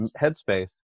headspace